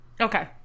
Okay